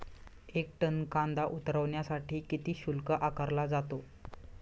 एक टन कांदा उतरवण्यासाठी किती शुल्क आकारला जातो?